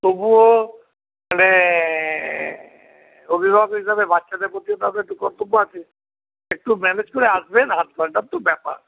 তবুও মানে অভিভাবক হিসাবে বাচ্চাদের প্রতিও তো আপনার একটু কর্তব্য আছে একটু ম্যানেজ করে আসবেন আধ ঘন্টার তো ব্যাপার